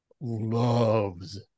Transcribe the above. loves